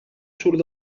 surt